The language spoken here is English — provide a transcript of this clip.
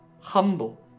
humble